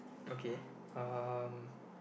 okay um